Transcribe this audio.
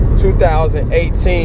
2018